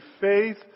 faith